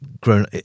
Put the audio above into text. grown